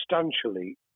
substantially